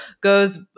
goes